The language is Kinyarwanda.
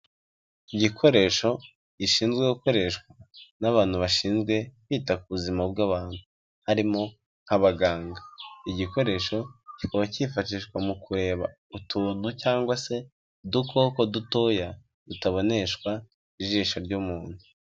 Igikoresho gishinzwe gukoreshwa n'abantu bashinzwe kwita ku buzima bw'abantu, harimo nk'abaganga. Igikoresho kikaba kifashishwa mu kureba utuntu cyangwa se udukoko dutoya tutaboneshwa ijisho ry'umuntu.